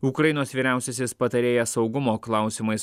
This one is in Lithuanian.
ukrainos vyriausiasis patarėjas saugumo klausimais